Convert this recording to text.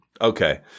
Okay